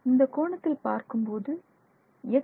இந்தக் கோணத்தில் பார்க்கும்போது எக்ஸ்